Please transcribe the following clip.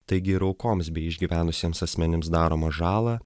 taigi ir aukoms bei išgyvenusiems asmenims daromą žalą